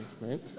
right